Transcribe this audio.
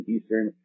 Eastern